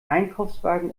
einkaufswagen